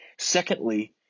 Secondly